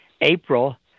April